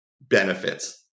benefits